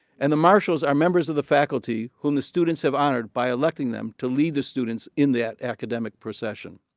and the marshals are members of the faculty whom the students have honored by electing them to lead the students in the ah academic procession.